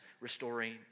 restoring